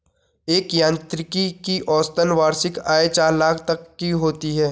एक यांत्रिकी की औसतन वार्षिक आय चार लाख तक की होती है